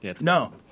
No